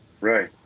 Right